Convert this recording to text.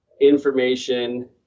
information